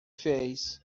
fez